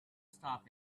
stop